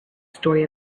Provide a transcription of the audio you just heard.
story